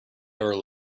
never